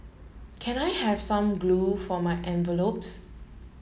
can I have some glue for my envelopes